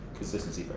consistency